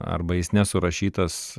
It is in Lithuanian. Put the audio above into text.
arba jis nesurašytas